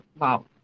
wow